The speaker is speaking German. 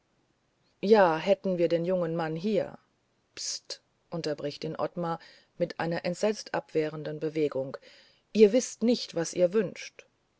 ja hätten wir nur den jungen mann hier pst unterbricht ihn ottmar mit einer entsetzt abwehrenden bewegung ihr wißt nicht was ihr wünscht